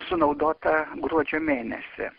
sunaudotą gruodžio mėnesį